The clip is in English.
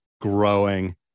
growing